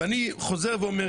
שוב,